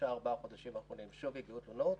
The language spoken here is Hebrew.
בשלושה-ארבעה החודשים האחרונים שוב הגיעו תלונות.